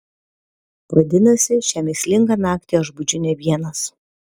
vadinasi šią mįslingą naktį aš budžiu ne vienas